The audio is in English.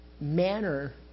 manner